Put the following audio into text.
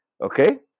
okay